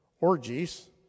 orgies